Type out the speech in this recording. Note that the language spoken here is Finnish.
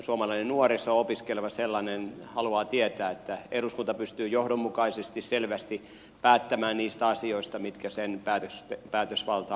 suomalainen nuoriso opiskeleva sellainen haluaa tietää että eduskunta pystyy johdonmukaisesti selvästi päättämään niistä asioista mitkä sen päätösvaltaan kuuluvat